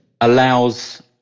allows